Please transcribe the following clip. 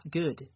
good